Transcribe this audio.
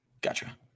gotcha